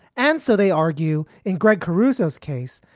and so they argue in greg caruso's case.